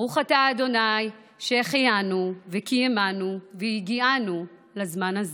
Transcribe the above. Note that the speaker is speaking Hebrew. ברוך אתה ה' שהחיינו וקיימנו והגיענו לזמן הזה.